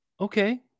okay